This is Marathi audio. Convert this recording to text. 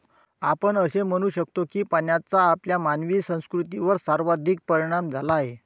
आपण असे म्हणू शकतो की पाण्याचा आपल्या मानवी संस्कृतीवर सर्वाधिक परिणाम झाला आहे